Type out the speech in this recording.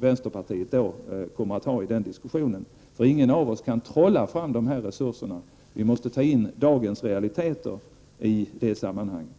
vänsterpartiets deltagande i den diskussionen. Ingen av oss kan trolla fram dessa resurser. Vi måste ta in dagens realiteter i sammanhanget.